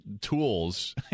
tools